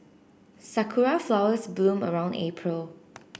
sakura flowers bloom around April